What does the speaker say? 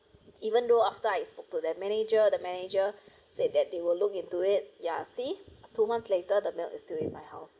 even though after I spoke to the manager the manager said that they will look into it yeah see two months later the milk is still in my house